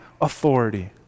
authority